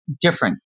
different